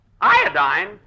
Iodine